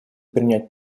принять